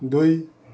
दुई